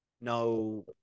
no